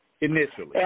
initially